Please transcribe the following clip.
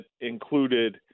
included